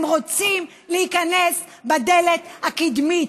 הם רוצים להיכנס בדלת הקדמית.